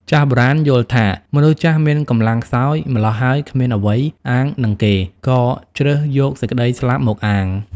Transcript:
ចាស់បុរាណយល់ថា មនុស្សចាស់មានកម្លាំងខ្សោយ ម៉្លោះហើយគ្មានអ្វីអាងនឹងគេ ក៏ជ្រើសយកសេចក្ដីស្លាប់មកអាង ។